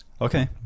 Okay